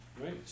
Right